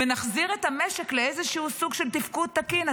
ונחזיר את המשק לאיזשהו סוג של תפקוד תקין,